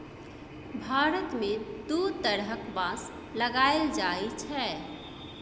भारत मे दु तरहक बाँस लगाएल जाइ छै